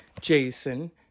Jason